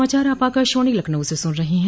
यह समाचार आप आकाशवाणी लखनऊ से सुन रहे हैं